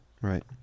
Right